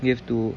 we have to